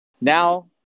Now